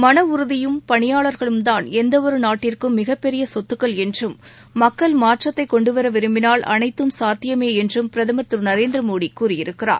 மன உறுதியும் பணியாளர்களும்தான் எந்தவொரு நாட்டிற்கும் மிகபெரிய சொத்துக்கள் என்றும் மக்கள் மாற்றத்தை கொண்டுவர விரும்பினால் அனைத்தும் சாத்தியமே என்றும் பிரதமர் திரு நரேந்திர மோடி கூறியிருக்கிறார்